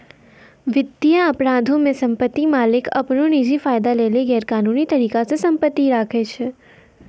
वित्तीय अपराधो मे सम्पति मालिक अपनो निजी फायदा लेली गैरकानूनी तरिका से सम्पति राखै छै